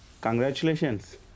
Congratulations